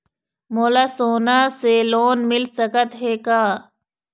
मोला सोना से लोन मिल सकत हे का?